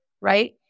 right